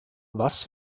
was